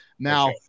Now